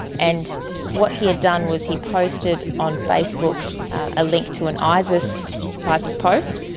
and what he had done was he posted on facebook a link to an isis type of post,